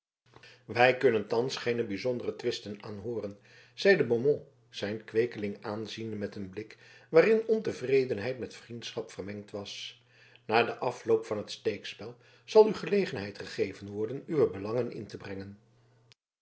wij kunnen thans geene bijzondere twisten aanhooren zeide beaumont zijn kweekeling aanziende met een blik waarin ontevredenheid met vriendschap vermengd was na den afloop van het steekspel zal u gelegenheid gegeven worden uwe belangen in te brengen